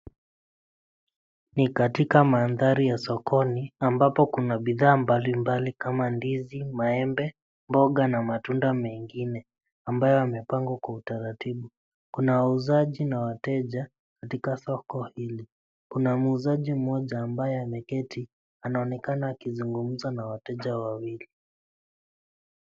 Ni katika mandhari ya sokoni, ambapo kuna bidhaa mbalimbali kama ndizi, maembe, mboga na matunda mengine, ambayo yamepangwa kwa utaratibu. Kuna wauzaji na wateja katika soko hili. Kuna muuzaji mmoja ambaye ameketi, anaonekana akizungumza na wateja wawili.